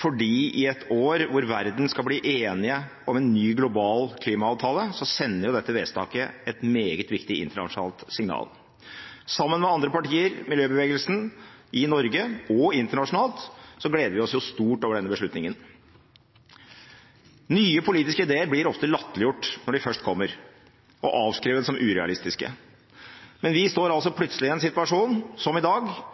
fordi i et år hvor vi i verden skal bli enige om en ny global klimaavtale, sender dette vedtaket et meget viktig internasjonalt signal. Sammen med andre partier og miljøbevegelsen i Norge og internasjonalt gleder vi oss stort over denne beslutningen. Nye politiske ideer blir ofte latterliggjort når de først kommer, og avskrevet som urealistiske, men vi står altså plutselig i en situasjon – som i dag